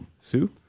Sue